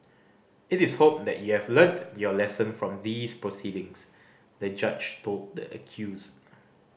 it is hoped that you have learnt your lesson from these proceedings the Judge told the accused